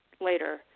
later